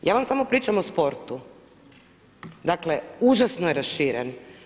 Ja vam samo pričam o sportu, dakle užasno je raširen.